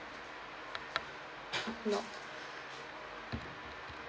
nope